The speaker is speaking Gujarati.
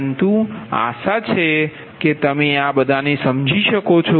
પરંતુ આશા છે કે તમે આ બધાને સમજો છો